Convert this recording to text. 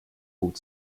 hut